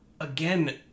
again